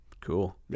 Cool